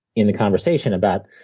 in the conversation about